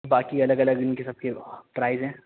باقی الگ الگ ان کے سب کے پرائز ہیں